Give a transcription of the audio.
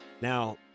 Now